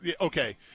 Okay